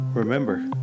Remember